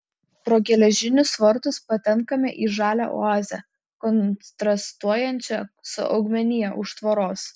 pro geležinius vartus patenkame į žalią oazę kontrastuojančią su augmenija už tvoros